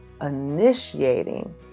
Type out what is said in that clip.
initiating